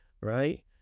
right